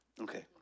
Okay